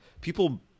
people